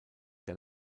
der